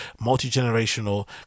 multi-generational